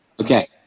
Okay